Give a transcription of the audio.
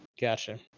Gotcha